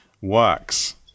works